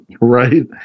right